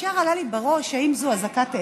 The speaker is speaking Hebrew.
ישר עלה לי בראש: האם זו אזעקת אמת.